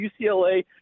UCLA